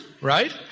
Right